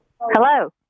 Hello